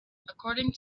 according